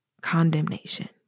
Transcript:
condemnation